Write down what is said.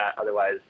otherwise